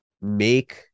make